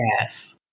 Yes